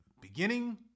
beginning